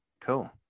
Cool